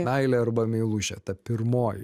meilė arba meilužė ta pirmoji